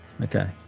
okay